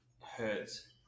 hurts